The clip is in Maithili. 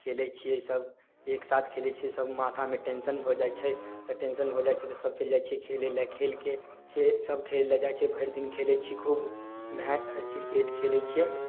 खेलै छियै सब एकसाथ खेलै छियै सब माथामे टेन्शन भऽ जाइ छै तऽ टेन्शन भऽ जाइ छै तऽ सब चलि जाइ छियै खेलै लए खेलके सब फेर खेलै लए जाइ छियै भरि दिन खेलै छियै खूब मैच क्रिकेट खेलै छियै